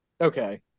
Okay